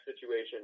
situation